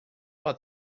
but